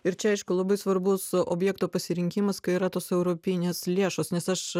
ir čia aišku labai svarbus objekto pasirinkimas kai yra tos europinės lėšos nes aš